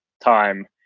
time